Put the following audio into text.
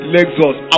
Lexus